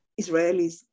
Israelis